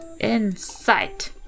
Insight